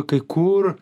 kai kur